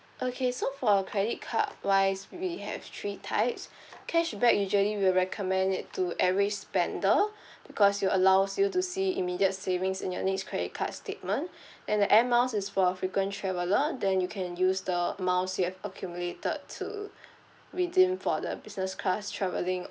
okay so for our credit card wise we have three types cashback usually we'll recommend it to every spender because it allows you to see immediate savings in your next credit card statement and the air miles is for frequent traveler then you can use the miles you have accumulated to redeem for the business class travelling